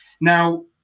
Now